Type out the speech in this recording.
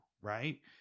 right